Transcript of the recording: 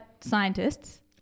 scientists